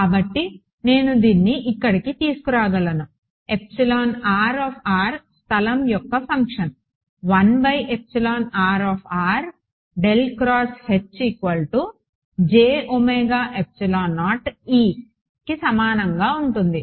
కాబట్టి నేను దీన్ని ఇక్కడికి తీసుకురాగలను స్థలం యొక్క ఫంక్షన్ కి సమానంగా ఉంటుంది